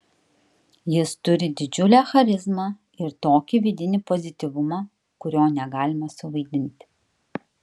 jis turi didžiulę charizmą ir tokį vidinį pozityvumą kurio negalima suvaidinti